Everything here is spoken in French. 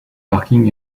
parking